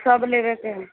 त सब लेबयके है